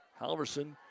Halverson